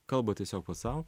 kalba tiesiog pats sau